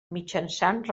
mitjançant